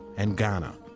and ghana.